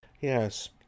Yes